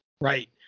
right